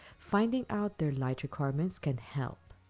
finding out their light requirements can help.